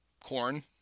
corn